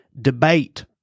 debate